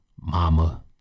Mama